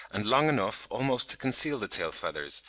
and long enough almost to conceal the tail-feathers,